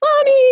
mommy